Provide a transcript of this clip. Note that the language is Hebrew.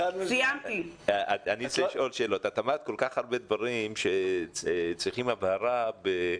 אמרת כל כך הרבה דברים שצריכים הבהרה.